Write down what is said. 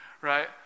right